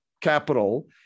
capital